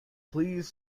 please